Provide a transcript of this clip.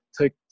take